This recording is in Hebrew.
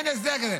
אין הסדר כזה.